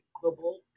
global